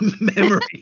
memory